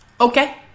Okay